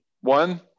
One